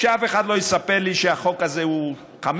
שאף אחד לא יספר לי שהחוק הזה הוא 500,